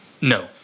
No